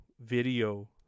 video